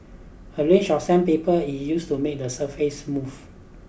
a range of sandpaper is used to make the surface smooth